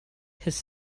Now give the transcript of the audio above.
his